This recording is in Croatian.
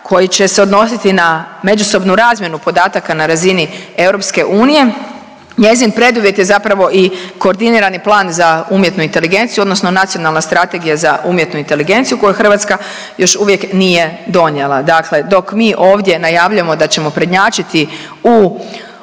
koji će se odnositi na međusobnu razmjenu podataka na razini EU, njezin preduvjet je zapravo i koordinatni plan za umjetnu inteligenciju odnosno Nacionalna strategija za umjetnu inteligenciju koju Hrvatska još uvijek nije donijela. Dakle, dok mi ovdje najavljujemo da ćemo prednjačiti u